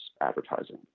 advertising